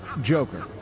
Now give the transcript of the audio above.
Joker